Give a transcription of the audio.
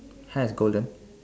hair is golden